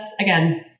again